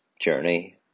journey